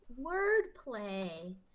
Wordplay